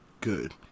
Good